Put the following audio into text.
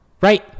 right